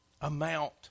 amount